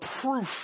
proof